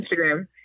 Instagram